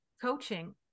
Coaching